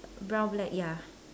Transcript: brown black ya